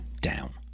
down